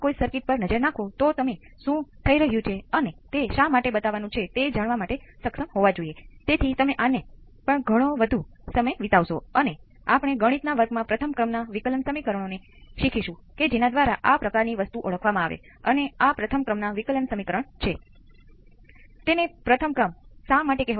capacitor C માથી વિદ્યુત પ્રવાહ જે શું છે C d v c d t આને તે R માથી વિદ્યુત પ્રવાહ જે V s minus V c વિભાજિત R કેપેસિટર C1 નો વિદ્યુત પ્રવાહ જે C1